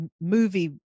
movie